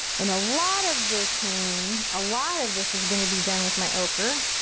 and a lot of this painting, a lot of this is gonna be done with my ocher.